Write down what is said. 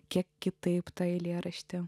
kiek kitaip tą eilėraštį